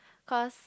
cause